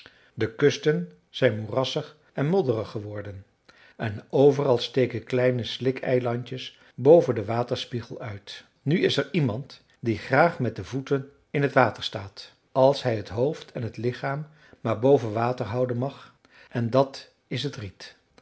de kusten zijn moerassig en modderig geworden en overal steken kleine slik eilandjes boven den waterspiegel uit nu is er iemand die graag met de voeten in t water staat als hij t hoofd en t lichaam maar boven water houden mag en dat is het riet